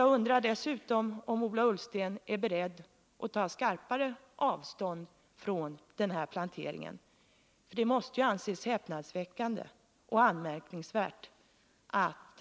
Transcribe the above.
Jag undrar dessutom om Ola Ullsten är beredd att ta klarare avstånd från den här planteringen. Det måste anses häpnadsväckande och anmärkningsvärt att